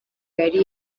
yari